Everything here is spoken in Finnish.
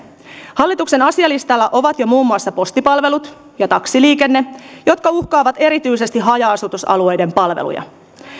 hallituksen asialistalla ovat jo muun muassa postipalvelut ja taksiliikenne jotka uhkaavat erityisesti haja asutusalueiden palveluja